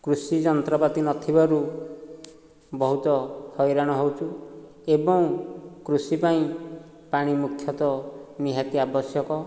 କୃଷି ଯନ୍ତ୍ରପାତି ନଥିବାରୁ ବହୁତ ହଇରାଣ ହେଉଛୁ ଏବଂ କୃଷି ପାଇଁ ପାଣି ମୁଖ୍ୟତଃ ନିହାତି ଆବଶ୍ୟକ